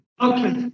Okay